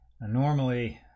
Normally